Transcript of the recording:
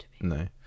no